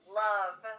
love